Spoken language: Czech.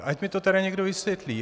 Ať mně to tedy někdo vysvětlí.